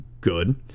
good